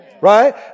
Right